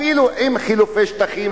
אפילו עם חילופי שטחים,